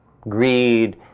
greed